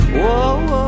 whoa